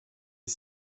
est